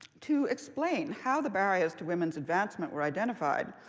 to explain how the barriers to women's advancement were identified,